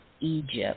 Egypt